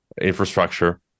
infrastructure